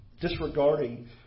disregarding